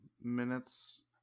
minutes